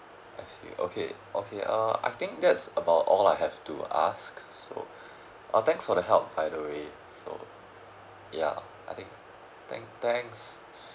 I see okay okay uh I think that's about all I have to ask so uh thanks for the help by the way so ya I think thank thanks